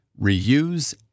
reuse